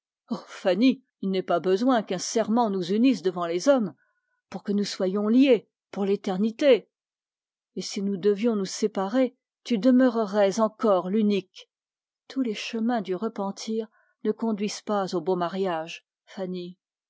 fanny il n'est pas besoin qu'un serment nous unisse devant les hommes pour que nous soyons liés pour l'éternité si nous devions nous séparer tu demeurerais encore l'unique tous les chemins du repentir ne conduisent pas au beau mariage